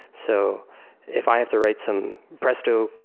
so if i have to write some presto,